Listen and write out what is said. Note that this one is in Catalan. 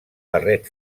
barret